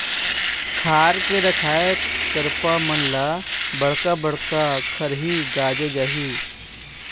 खार के रखाए करपा मन ल बड़का बड़का खरही गांजे जाही